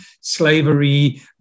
slavery